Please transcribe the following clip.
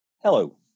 Hello